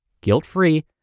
guilt-free